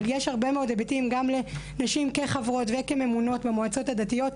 אבל יש הרבה מאוד היבטים גם לנשים כחברות וכממונות במועצות הדתיות.